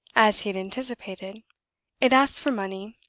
as he had anticipated it asked for money,